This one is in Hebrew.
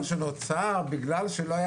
הסברתי את החסר שנוצר בגלל שלא היה